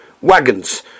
wagons